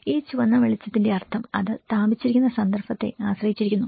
ഈ ചുവന്ന വെളിച്ചത്തിന്റെ അർത്ഥം അത് സ്ഥാപിച്ചിരിക്കുന്ന സന്ദർഭത്തെ ആശ്രയിച്ചിരിക്കുന്നു